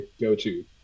go-to